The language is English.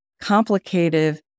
complicated